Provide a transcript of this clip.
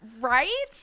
Right